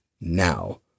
Now